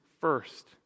first